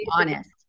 Honest